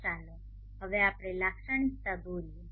તો ચાલો હવે આપણે લાક્ષણિકતા દોરીએ